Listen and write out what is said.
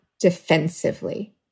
defensively